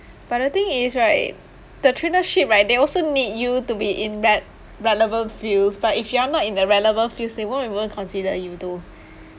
but the thing is right the trainership right they also need you to be in re~ relevant fields but if you are not even in the relevant fields they won't even consider you though